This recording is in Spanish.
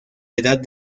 edad